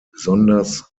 besonders